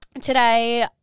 Today